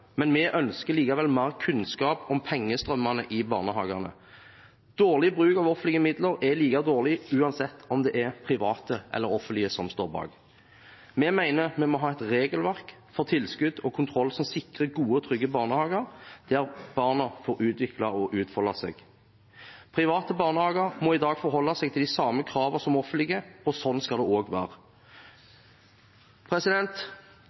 men vi ønsker likevel mer kunnskap om pengestrømmene i barnehagene. Dårlig bruk av offentlige midler er like dårlig, uansett om det er private eller offentlige som står bak. Vi mener at vi må ha et regelverk for tilskudd og kontroll som sikrer gode og trygge barnehager der barna får utvikle og utfolde seg. Private barnehager må i dag forholde seg til de samme kravene som de offentlige, og sånn skal det også være.